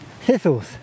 Thistles